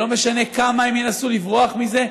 לא משנה כמה הם ינסו לברוח מזה,